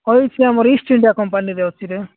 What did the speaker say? କହିଛିି ଆମର ଇଷ୍ଟଇଣ୍ଡିଆ କମ୍ପାନୀରେ ଅଛିରେ